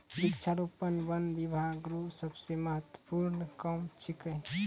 वृक्षारोपण वन बिभाग रो सबसे महत्वपूर्ण काम छिकै